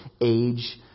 age